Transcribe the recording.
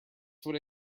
would